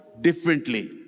differently